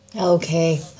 okay